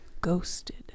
ghosted